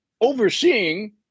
overseeing